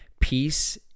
Peace